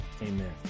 Amen